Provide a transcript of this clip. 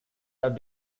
out